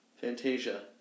Fantasia